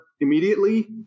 immediately